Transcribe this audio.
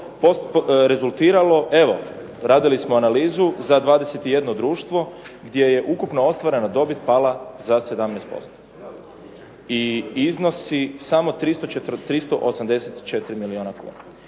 rezultiralo, evo, radili smo analizu za 21 društvo gdje je ukupno ostvarena dobit pala za 17%. I iznosi samo 384 milijuna kuna.